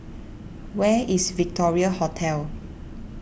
where is Victoria Hotel